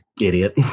Idiot